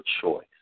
choice